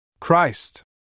Christ